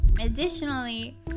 Additionally